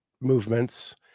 movements